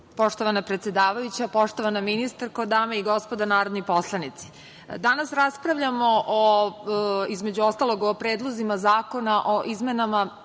Poštovana predsedavajuća, poštovana ministarko, dame i gospodo narodni poslanici, danas raspravljamo, između ostalog, o predlozima zakona o izmenama